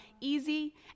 easy